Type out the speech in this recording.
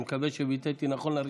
אני מקווה שביטאתי נכון לראשונה.